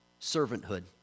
servanthood